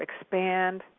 expand